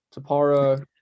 Tapara